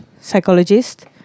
psychologist